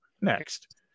next